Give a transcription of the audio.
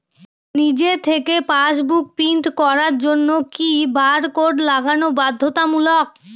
নিজে থেকে passbook print করার জন্য কি বারকোড লাগানো বাধ্যতামূলক?